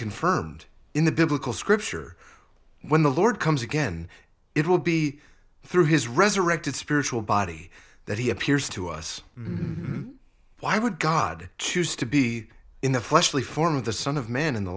confirmed in the biblical scripture when the lord comes again it will be through his resurrected spiritual body that he appears to us why would god choose to be in the fleshly form of the son of man in the